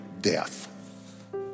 death